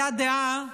הייתה דעה,